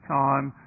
time